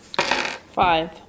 Five